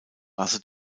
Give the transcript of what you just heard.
rasse